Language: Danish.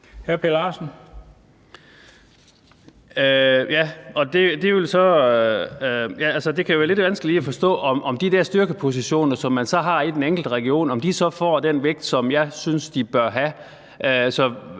det kan være lidt vanskeligt lige at forstå, om de der styrkepositioner, som man så har i den enkelte region, så får den vægt, som jeg synes de bør have,